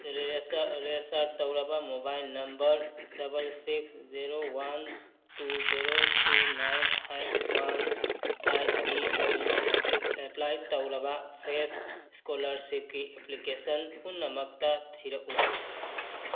register register ꯇꯧꯔꯕ mobile number double six zero one two zero three nine ꯐꯥꯏꯕ one ꯑꯥꯏꯠꯀꯤ ꯑꯣꯏꯅ apply ꯇꯧꯔꯕ ꯐ꯭ꯔꯦꯁ ꯁ꯭ꯀꯣꯂꯔꯁꯤꯞꯀꯤ ꯑꯦꯄ꯭ꯂꯤꯀꯦꯁꯟ ꯄꯨꯝꯅꯃꯛꯇ ꯊꯤꯔꯛꯎ